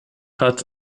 hat